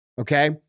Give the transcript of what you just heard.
okay